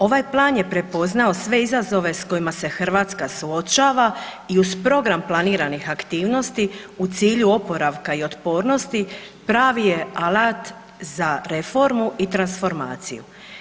Ovaj plan je prepoznao sve izazove s kojima se Hrvatska suočava i uz program planiranih aktivnosti u cilju oporavka i otpornosti pravi je alat za reformu i transformaciju.